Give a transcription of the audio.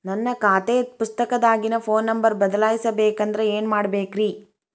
ನನ್ನ ಖಾತೆ ಪುಸ್ತಕದಾಗಿನ ಫೋನ್ ನಂಬರ್ ಬದಲಾಯಿಸ ಬೇಕಂದ್ರ ಏನ್ ಮಾಡ ಬೇಕ್ರಿ?